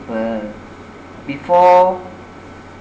simple before